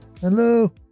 Hello